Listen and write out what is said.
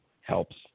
helps